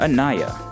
Anaya